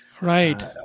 Right